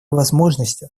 возможностью